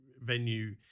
venue